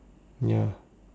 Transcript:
ya